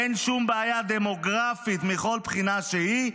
אין שום בעיה דמוגרפית מכל בחינה שהיא,